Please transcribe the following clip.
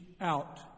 out